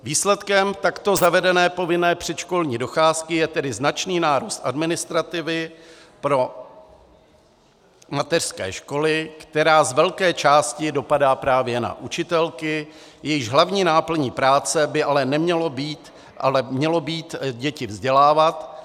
Výsledkem takto zavedené povinné předškolní docházky je tedy značný nárůst administrativy pro mateřské školy, která z velké části dopadá právě na učitelky, jejichž hlavní náplní práce by ale mělo být děti vzdělávat.